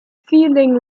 feeling